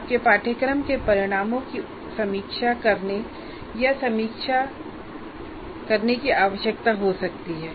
आपके पाठ्यक्रम के परिणामों की समीक्षा करने या समीक्षा करने की आवश्यकता हो सकती है